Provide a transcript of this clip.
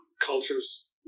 cultures